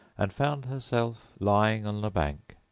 and found herself lying on the bank,